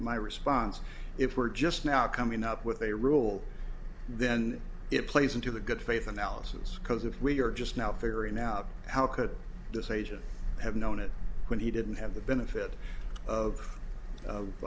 my response if we're just now coming up with a rule then it plays into the good faith analysis because if we are just now figuring out how could this agent have known it when he didn't have the benefit